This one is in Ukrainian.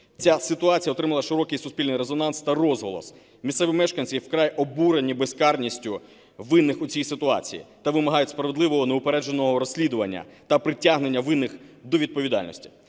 Ця ситуація отримала широкий і суспільний резонанс та розголос. Місцеві мешканці вкрай обурені безкарністю винних у цій ситуації та вимагають справедливого неупередженого розслідування та притягнення винних до відповідальності.